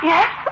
Yes